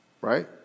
Right